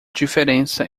diferença